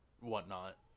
whatnot